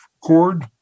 Cord